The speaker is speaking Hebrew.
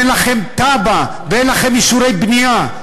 אין לכם תב"ע ואין לכם אישורי בנייה.